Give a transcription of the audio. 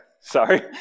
Sorry